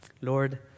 Lord